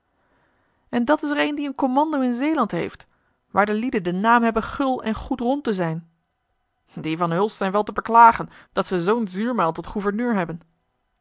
en dat is er een die een commando in zeeland heeft waar de lieden den naam hebben gul en goedrond te zijn die van hulst zijn wel te beklagen dat ze zoo'n zuurmuil tot gouverneur hebben